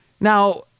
Now